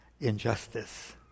injustice